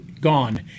gone